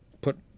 put